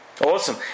Awesome